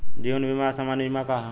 जीवन बीमा आ सामान्य बीमा का ह?